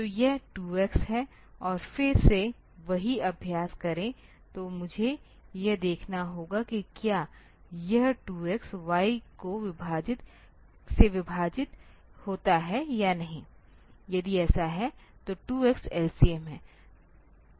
तो यह 2x है और फिर से वही अभ्यास करें तो मुझे यह देखना होगा कि क्या यह 2 xy से विभाजित होता है या नहीं यदि ऐसा है तो 2 x LCM है